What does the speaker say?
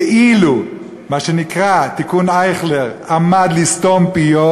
כאילו מה שנקרא "תיקון אייכלר" עמד לסתום פיות,